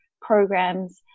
programs